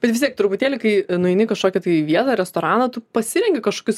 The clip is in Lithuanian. bet vis tiek truputėlį kai nueini kažkokį tai vieną restoraną tu pasirenki kažkokius